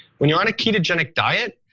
when you're on a ketogenic diet,